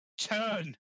Turn